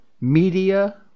media